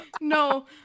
No